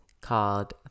called